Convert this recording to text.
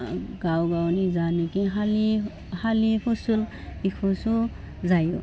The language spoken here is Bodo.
गाव गावनि जायनाखि हालि हालि फसल बेखौसो जायो